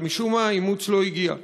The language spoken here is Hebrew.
אבל משום מה, האימוץ לא הגיע.